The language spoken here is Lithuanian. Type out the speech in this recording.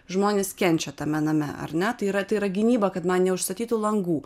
žmonės kenčia tame name ar ne tai yra tai yra gynyba kad man neužstatytų langų